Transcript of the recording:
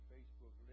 Facebook